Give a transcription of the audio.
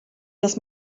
dass